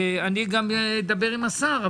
ואני גם אדבר עם השר.